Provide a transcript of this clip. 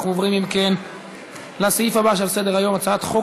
אנחנו עוברים לסעיף הבא על סדר-היום: הצעת החוק